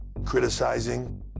Criticizing